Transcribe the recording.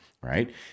right